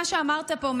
מה שאמרת פה,